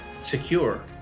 secure